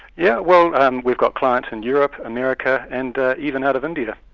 yeah well um we've got clients in europe, america, and even out of india.